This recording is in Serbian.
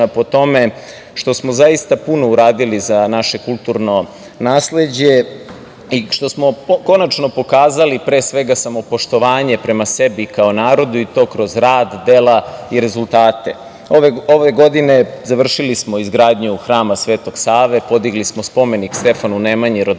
po tome što smo zaista puno uradili za naše kulturno nasleđe i što smo konačno pokazali pre svega poštovanje prema sebi kao narod i to kroz rad, dela i rezultate. Ove godine završili smo izgradnju Hrama Sv. Save, podigli smo spomenik Stefanu Nemanji